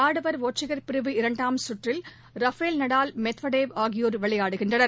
ஆடவர் ஒற்றையர் பிரிவு இரண்டாம் சுற்றில் ரஃபேல் நடால் மெத்வதேவ் ஆகியோர் விளையாடுகின்றனர்